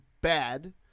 bad